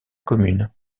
commune